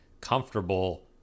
comfortable